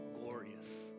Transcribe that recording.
glorious